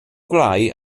gwelyau